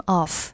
off